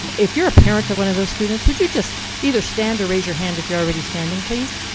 if you're a parent of one of those students, would you just either stand or raise your hand if you're already standing, please?